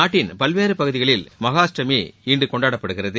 நாட்டின் பல்வேறு பகுதிகளில் மகாஅஷ்டமி இன்று கொண்டாடப்படுகிறது